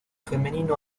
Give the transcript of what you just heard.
femenino